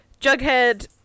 Jughead